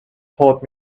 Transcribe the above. taught